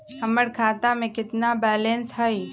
हमर खाता में केतना बैलेंस हई?